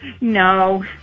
No